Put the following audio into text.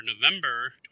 November